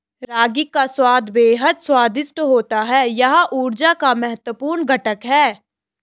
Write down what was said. रागी का स्वाद बेहद स्वादिष्ट होता है यह ऊर्जा का महत्वपूर्ण घटक है